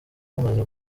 bamaze